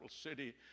city